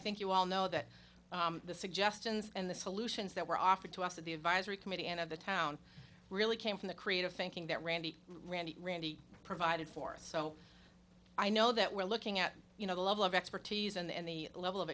think you all know that the suggestions and the solutions that were offered to us of the advisory committee and of the town really came from the creative thinking that randy randy randy provided for us so i know that we're looking at you know the level of expertise and the level of